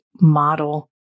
model